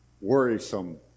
worrisome